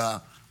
אנחנו